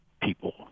people